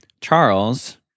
Charles